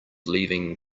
leaving